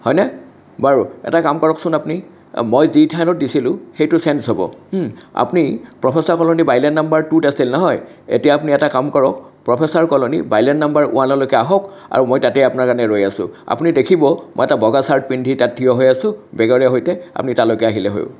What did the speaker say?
হয়নে বাৰু এটা কাম কৰকচোন আপুনি মই যি ঠাইত দিছিলোঁ সেইটো চেন্স হ'ব আপুনি প্ৰফেছাৰ কলনি বাইলেন নাম্বাৰ টুত আছিল নহয় এতিয়া আপুনি এটা কাম কৰক প্ৰফেছাৰ কলনি বাইলেন নাম্বাৰ ওৱানলৈকে আহক আৰু মই তাতেই আপোনাৰ কাৰণে ৰৈ আছো আপুনি দেখিব মই এটা বগা চাৰ্ট পিন্ধি তাত থিয় হৈ আছো বেগেৰে সৈতে আপুনি তালৈকে আহিলেই হ'ল